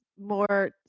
more